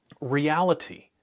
reality